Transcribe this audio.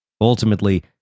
Ultimately